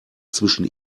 zwischen